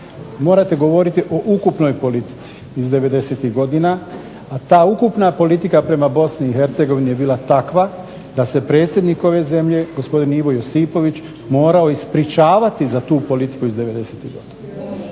morate govoriti o ukupnoj politici iz 90. godina a ta ukupna politika prema BIH je bila takva da se predsjednik ove zemlje gospodin Ivo Josipović morao ispričavati za tu politiku iz 90-tih godina.